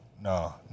no